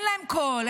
אין להם קול,